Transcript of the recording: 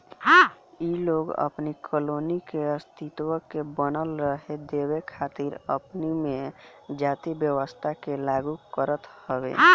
इ लोग अपनी कॉलोनी के अस्तित्व के बनल रहे देवे खातिर अपनी में जाति व्यवस्था के लागू करत हवे